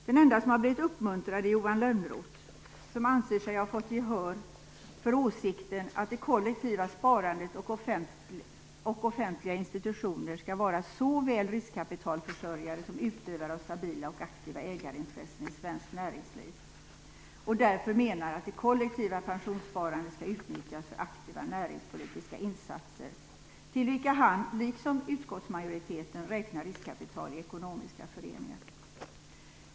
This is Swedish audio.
Den ende som har blivit uppmuntrad är Johan Lönnroth, som anser sig ha fått gehör för åsikten att det kollektiva sparandet och offentliga institutioner skall vara såväl riskkapitalförsörjare som utövare av stabila och aktiva ägarintressen i svenskt näringsliv och därför menar att det kollektiva pensionssparandet skall utnyttjas för aktiva näringspolitiska insatser, till vilka han liksom utskottsmajoriteten räknar riskkapital i ekonomiska föreningar.